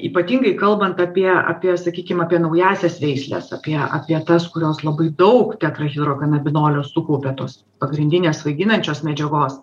ypatingai kalbant apie apie sakykim apie naująsias veisles apie apie tas kurios labai daug tetrahirokanabinolio sukaupia tos pagrindinės svaiginančios medžiagos